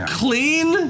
clean